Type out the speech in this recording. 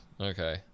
Okay